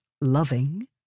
loving